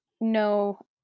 no